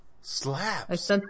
Slaps